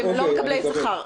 הם לא מקבלי שכר.